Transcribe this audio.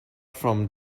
from